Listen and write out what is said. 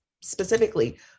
specifically